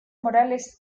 morales